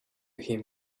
him